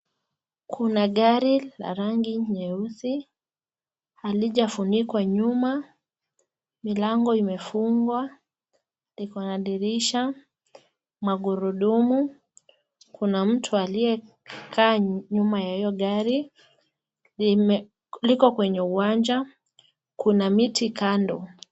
Kuna gari la rangi nyeusi, halijafunikwa nyuma, milango imefungwa, likona dirisha , magurudumu , kuna mtu aliyekaa nyuma ya hio gari limeanikwa kwenye uwanja, kuna miti kando.